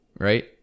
right